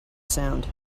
sound